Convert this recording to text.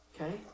okay